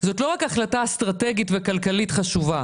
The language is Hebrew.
- זאת לא רק החלטה אסטרטגית וכלכלית חשובה